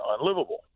unlivable